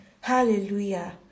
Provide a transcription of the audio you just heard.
hallelujah